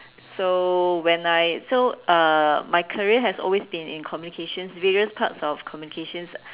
so when I so uh my career has always been in communications various types of communications